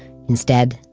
instead,